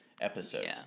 episodes